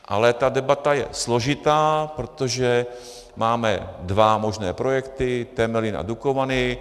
Ale ta debata je složitá, protože máme dva možné projekty, Temelín a Dukovany.